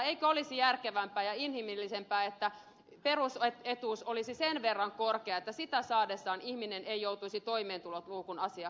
eikö olisi järkevämpää ja inhimillisempää että perusetuus olisi sen verran korkea että sitä saadessaan ihminen ei joutuisi toimeentuloluukun asiakkaaksi